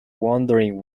wondering